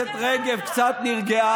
גל הסתה, מה קרה לך?